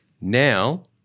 Now